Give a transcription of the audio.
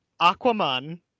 Aquaman